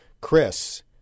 chris